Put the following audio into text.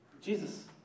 Jesus